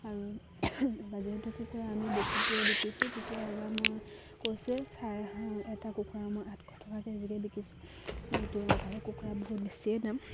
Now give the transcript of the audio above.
আৰু যিহেতু কুকুৰা আমি বহুতে বিকিছোঁ কুকুৰা এবাৰ মই কৈছোঁ চাৰে এটা কুকুৰা মই আঠশ টকা কেজিকে বিকিছোঁ এইটো মই ভাল কুকুৰা বহুত বেছিয়ে দাম